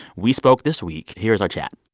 we spoke this week. here's our chat